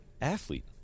athlete